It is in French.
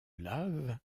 lave